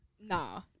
Nah